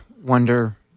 wonder